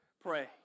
Pray